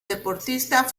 deportista